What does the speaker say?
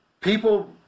People